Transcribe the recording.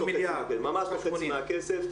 ממש לא חצי מהכסף.